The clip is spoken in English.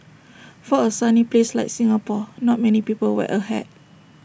for A sunny place like Singapore not many people wear A hat